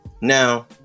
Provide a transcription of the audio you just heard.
Now